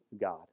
God